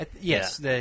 Yes